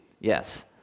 Yes